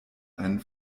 einen